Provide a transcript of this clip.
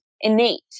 innate